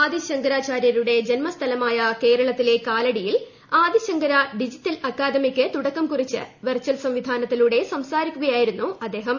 ആദി ശങ്കരാചാര്യരുടെ ജന്മസ്ഥലമായ കേരളത്തിലെ കാലടിയിൽ ആദി ശങ്കര ഡിജിറ്റൽ അക്കാദമിക്ക് തുടക്കം കുറിച്ച് വെർചൽ സംസാരിക്കുകയായിരുന്നു അദ്ദേഹം